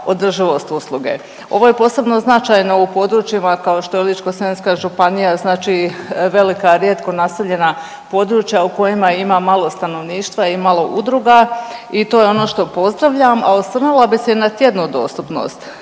održivost usluge. Ovo je posebno značajno u područjima kako što je Ličko-senjska županija. Znači velika rijetko naseljena područja u kojima ima malo stanovništva i malo i udruga i to je ono što pozdravljam. A osvrnula bi se i na tjednu dostupnost.